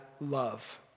love